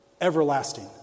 everlasting